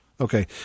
Okay